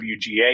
WGA